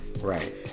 Right